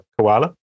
koala